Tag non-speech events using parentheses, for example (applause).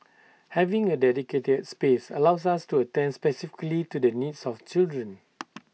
having A dedicated space allows us to attend specifically to the needs of children (noise)